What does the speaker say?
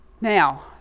Now